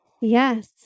Yes